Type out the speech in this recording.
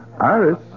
Iris